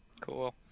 Cool